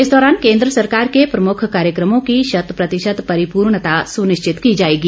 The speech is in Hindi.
इस दौरान केंद्र सरकार के प्रमुख कार्यक्रमों की शत प्रतिशत परिपूर्णता सुनिश्चित की जाएगी